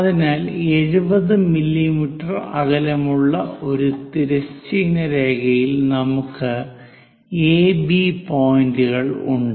അതിനാൽ 70 മില്ലീമീറ്റർ അകലമുള്ള ഒരു തിരശ്ചീന രേഖയിൽ നമുക്ക് എബി പോയിന്റുകൾ ഉണ്ട്